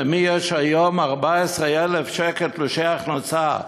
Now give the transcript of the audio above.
למי יש היום 14,000 שקל תלושי הכנסה?